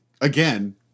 Again